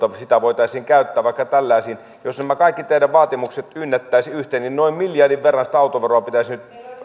voitaisiin käyttää vaikka tällaisiin jos nämä kaikki teidän vaatimuksenne ynnättäisiin yhteen niin noin miljardin verran sitä autoveroa pitäisi nyt